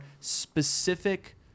specific